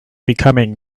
becoming